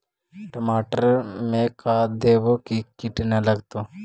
टमाटर में का देबै कि किट न लगतै?